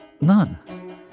None